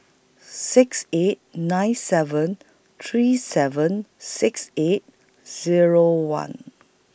six eight nine seven three seven six eight Zero one